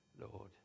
Lord